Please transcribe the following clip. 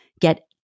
get